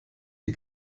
die